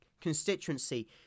constituency